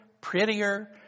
prettier